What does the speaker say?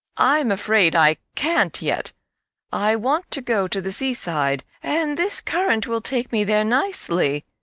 i'm afraid i can't yet i want to go to the seaside, and this current will take me there nicely.